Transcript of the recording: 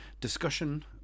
discussion